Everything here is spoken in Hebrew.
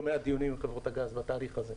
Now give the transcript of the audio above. מעט דיונים עם חברות הגז בתהליך הזה,